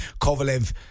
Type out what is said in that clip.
Kovalev